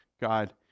God